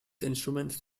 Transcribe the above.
instruments